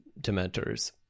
dementors